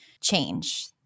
change